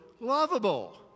lovable